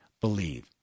believe